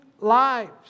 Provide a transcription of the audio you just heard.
lives